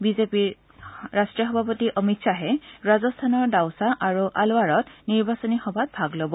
B J P ৰাষ্ট্ৰীয় সভাপতি অমিত শ্বাহে ৰাজস্থানৰ দোওচা আৰু আলোৱাৰত নিৰ্বাচনী সভাত ভাগ ল'ব